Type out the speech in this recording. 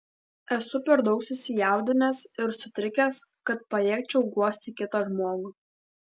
esu per daug susijaudinęs ir sutrikęs kad pajėgčiau guosti kitą žmogų